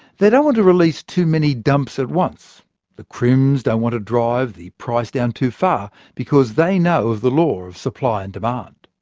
they don't want to release too many dumps at once the crims don't want to drive the price down too far, because they know of the law of supply and demand.